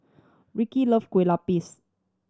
Ricki love Kueh Lupis